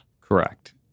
Correct